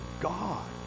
God